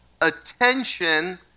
attention